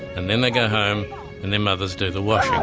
and then they go home and their mothers do the washing.